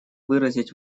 выразить